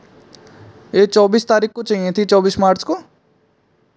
ये चौबीस तारीख को चाहिए थी चौबीस मार्च को